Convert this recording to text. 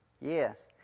Yes